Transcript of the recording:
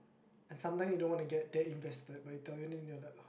and sometimes you don't want to get that invested but they tell you then you're like